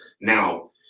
Now